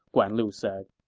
guan lu said